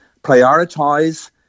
prioritize